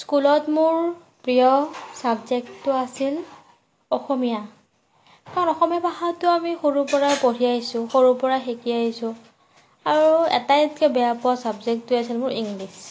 স্কুলত মোৰ প্ৰিয় চাবজেক্টটো আছিল অসমীয়া কাৰণ অসমীয়া ভাষাটো আমি সৰুৰপৰাই পঢ়ি আহিছোঁ সৰুৰপৰাই শিকি আহিছোঁ আৰু আটাইতকৈ বেয়া পোৱা চাবজেক্টটোৱে আছিল মোৰ ইংলিছ